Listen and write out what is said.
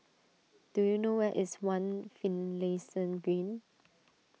do you know where is one Finlayson Green